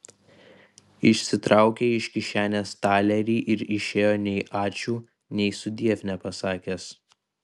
išsitraukė iš kišenės talerį ir išėjo nei ačiū nei sudiev nepasakęs